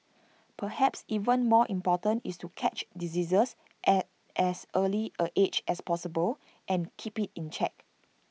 perhaps even more important is to catch diseases at as early A stage as possible and keep IT in check